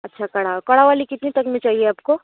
अच्छा कढ़ाव कढ़ाव वाली कितनी तक में चाहिए आपको